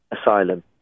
asylum